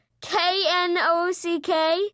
K-N-O-C-K